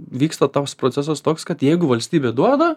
vyksta toks procesas toks kad jeigu valstybė duoda